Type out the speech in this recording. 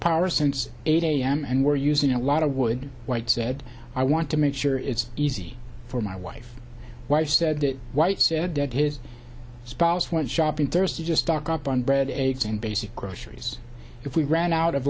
power since eight am and we're using a lot of wood white said i want to make sure it's easy for my wife wife said that white said his spouse went shopping thursday just stock up on bread eggs and basic groceries if we ran out of